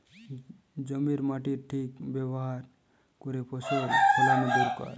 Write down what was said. জমির মাটির ঠিক ব্যাভার কোরে ফসল ফোলানো দোরকার